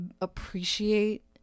appreciate